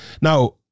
Now